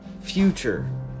future